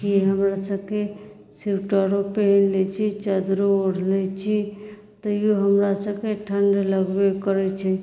कि हमरासभके स्वेटरो पहिर लैत छी चादरो ओढ़ि लैत छी तैओ हमरासभके ठण्ड लगबे करैत छै